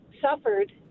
suffered